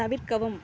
தவிர்க்கவும்